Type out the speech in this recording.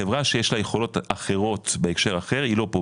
חברה שיש לה יכולות אחרות בהקשר אחרות היא לא פה,